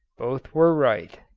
both were right.